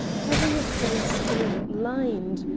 having a face all lined,